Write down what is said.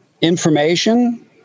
information